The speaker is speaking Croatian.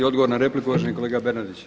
Odgovor na repliku uvaženi kolega Bernardić.